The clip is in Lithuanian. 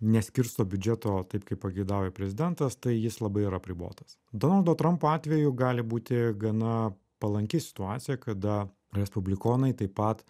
neskirsto biudžeto taip kaip pageidauja prezidentas tai jis labai yra apribotas donaldo trampo atveju gali būti gana palanki situacija kada respublikonai taip pat